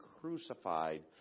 crucified